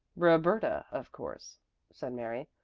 roberta, of course said mary.